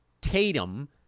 Tatum